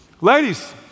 Ladies